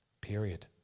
period